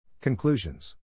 Conclusions